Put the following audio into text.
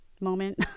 moment